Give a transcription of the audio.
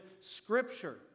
Scripture